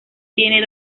tiene